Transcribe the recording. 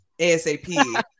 ASAP